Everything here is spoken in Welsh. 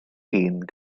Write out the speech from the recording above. hun